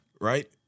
right